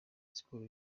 siporo